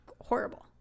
horrible